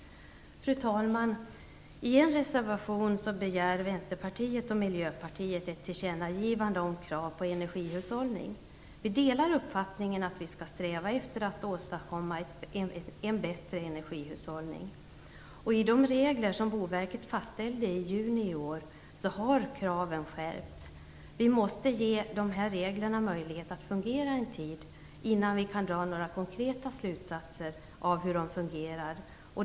Fru talman! I en reservation begär Vänsterpartiet och Miljöpartiet ett tillkännagivande om krav på energihushållning. Vi delar uppfattningen att vi skall sträva efter att åstadkomma en bättre energihushållning. I de regler som Boverket fastställde i juli i år har kraven skärpts. Vi måste ge dessa regler möjlighet att fungera någon tid innan vi kan dra några konkreta slutsatser.